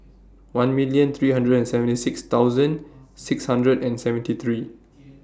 one million three hundred and seventy six thousand six hundred and seventy three